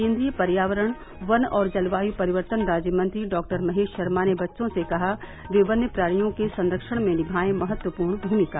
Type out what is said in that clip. केन्द्रीय पर्यावरण वन और जलवायु परिवर्तन राज्य मंत्री डॉ महेश शर्मा ने बच्चों से कहा वे वन्य प्राणियों के संरक्षण में निभाएं महत्वपूर्ण भूमिका